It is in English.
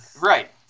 Right